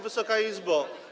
Wysoka Izbo!